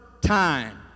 time